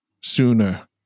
sooner